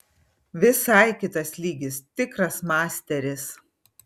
visai kitas lygis tikras masteris